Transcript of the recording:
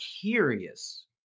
curious